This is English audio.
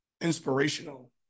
inspirational